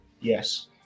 Yes